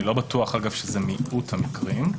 אגב, אני לא בטוח שזה מיעוט המקרים.